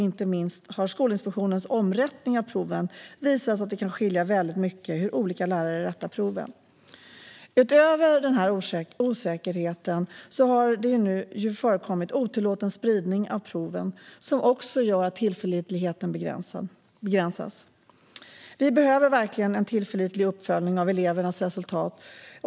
Inte minst har Skolinspektionens omrättning av proven visat att det kan skilja väldigt mycket mellan hur olika lärare rättar proven. Utöver denna osäkerhet har det förekommit otillåten spridning av proven, vilket också gör att tillförlitligheten begränsas. Vi behöver verkligen en tillförlitlig uppföljning av elevernas resultat.